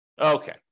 Okay